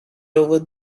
over